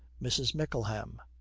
mrs. mickleham.